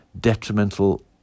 detrimental